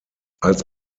als